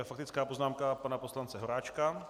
Faktická poznámka pana poslance Horáčka.